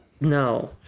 No